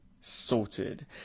sorted